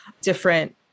different